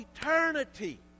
eternity